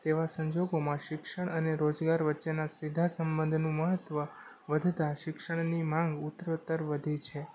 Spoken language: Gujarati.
તેવા સંજોગોમાં શિક્ષણ અને રોજગાર વચ્ચેના સીધા સંબંધનું મહત્ત્વ વધતા શિક્ષણની માગ ઉત્તરોત્તર વધી છે